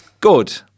Good